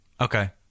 Okay